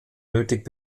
nötig